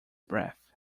breath